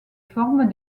formes